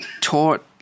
taught